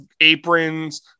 aprons